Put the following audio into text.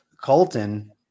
Colton